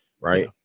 Right